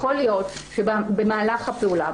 יכול להיות שבמהלך הפעולה,